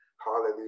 Hallelujah